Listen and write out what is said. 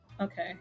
Okay